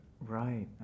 Right